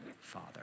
father